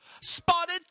Spotted